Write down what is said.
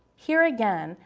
here again,